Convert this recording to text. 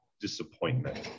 disappointment